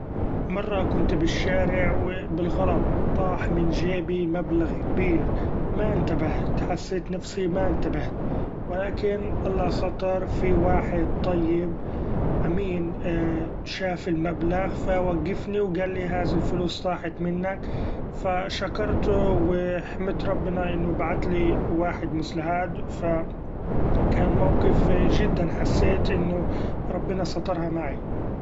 مره كنت بالشارع و بالغلط طاح من جيبي مبلغ كبير ، ما انتبهت حسيت نفسي ما انتبهت ، و لكن الله ستر في واحد طيب أمين شاف المبلغ ف وقفني و قالي هاذي الفلوس طاحت منك ، ف شكرتو و حمدت ربنا إنو بعتلي واحد مثل هاد ف كان موقف جدا حسيت إنو ربنا سترها معي.